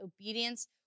Obedience